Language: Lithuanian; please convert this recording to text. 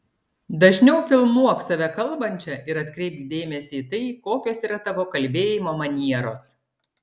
dažniau filmuok save kalbančią ir atkreipk dėmesį į tai kokios yra tavo kalbėjimo manieros